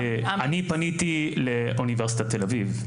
אני פניתי לאוניברסיטת תל אביב,